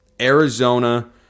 Arizona